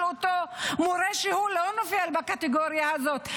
אותו מורה שהוא לא עובר בקטגוריה הזאת?